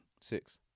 Six